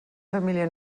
família